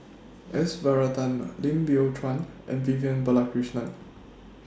S Varathan Lim Biow Chuan and Vivian Balakrishnan